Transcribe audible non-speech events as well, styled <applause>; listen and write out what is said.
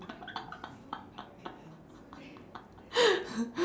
<laughs>